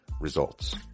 results